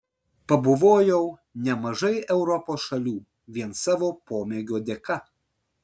pabuvojau nemažai europos šalių vien savo pomėgio dėka